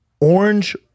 Orange